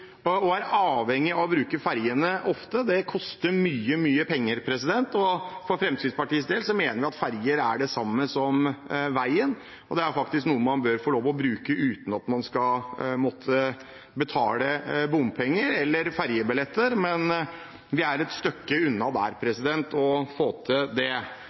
er avhengige av å bruke fergene ofte. Det koster mye, mye penger. For Fremskrittspartiets del mener vi at ferger er det samme som veien, og at det er noe man bør få lov til å bruke uten at man skal måtte betale bompenger eller fergebilletter, men vi er et stykke unna å få til det. Vi foreslo det, men når vi ikke fikk gjennomslag for det,